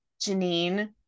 Janine